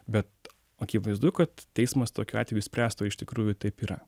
bet akivaizdu kad teismas tokiu atveju spręstų o iš tikrųjų taip yra